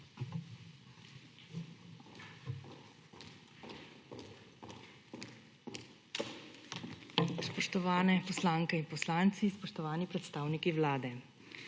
Spoštovani poslanke in poslanci, spoštovani predstavniki Vlade!